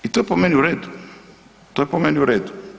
I to je po meni u redu, to je po meni u redu.